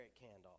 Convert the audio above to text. candle